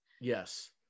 yes